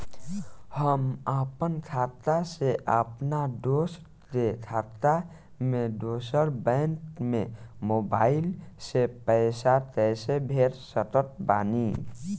हम आपन खाता से अपना दोस्त के खाता मे दोसर बैंक मे मोबाइल से पैसा कैसे भेज सकत बानी?